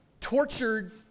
tortured